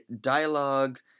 dialogue